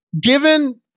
Given